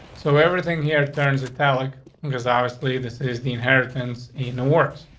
so everything here turns italic because obviously this is the inheritance in the works.